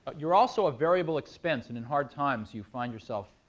you're also a variable expense. and in hard times, you find yourself.